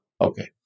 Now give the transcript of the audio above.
Okay